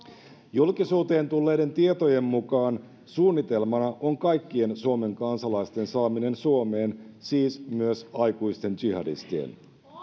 julkisuuteen tulleiden tietojen mukaan suunnitelmana on kaikkien suomen kansalaisten saaminen suomeen siis myös aikuisten jihadistien